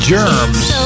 Germs